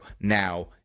Now